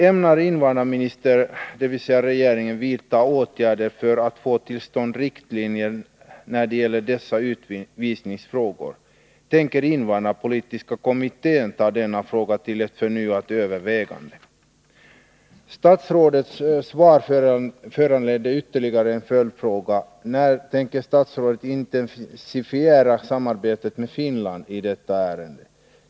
Ämnar invandrarministern, dvs. regeringen, vidta åtgärder för att få till stånd riktlinjer när det gäller dessa utvisningsfrågor? Tänker invandrarpolitiska kommittén ta denna fråga till ett förnyat övervägande? Statsrådets svar föranledde ytterligare en följdfråga. När tänker statsrådet intensifiera samarbetet med Finland i detta ärende?